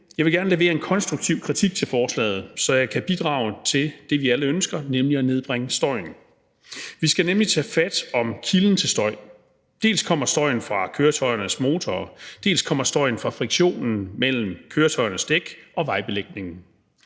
jeg vil gerne levere en konstruktiv kritik af forslaget, så jeg kan bidrage til det, vi alle ønsker, nemlig at nedbringe støjen. Vi skal nemlig tage fat om kilden til støj. Dels kommer støjen fra køretøjernes motorer, dels kommer støjen fra friktionen mellem køretøjernes dæk og vejbelægningen.